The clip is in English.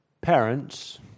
parents